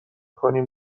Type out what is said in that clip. کنیم